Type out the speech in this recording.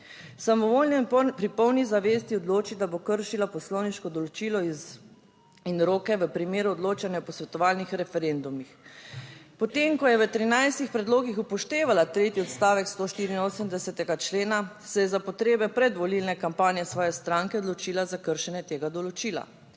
Samovoljno pri polni zavesti odloči, da bo kršila poslovniško določilo in roke v primeru odločanja o posvetovalnih referendumih. Potem ko je v 13. predlogih upoštevala tretji odstavek stoštiriinosemdesetega člena, se je za potrebe predvolilne kampanje svoje stranke odločila za kršenje tega določila.